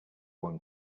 one